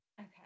Okay